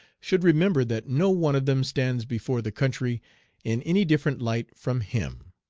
should remember that no one of them stands before the country in any different light from him.